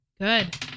Good